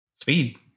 Speed